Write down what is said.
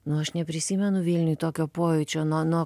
nu aš neprisimenu vilniuj tokio pojūčio nuo nuo